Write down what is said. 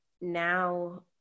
Now